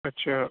اچھا